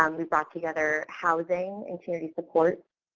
um we brought together housing and community support.